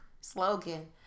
Slogan